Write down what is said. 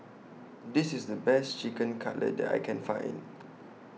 This IS The Best Chicken Cutlet that I Can Find